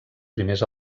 primers